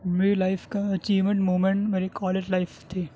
میری لائف کا achievement moment میری کالج لائف تھی